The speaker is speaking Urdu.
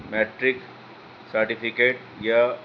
میٹرک سرٹیفکیٹ یا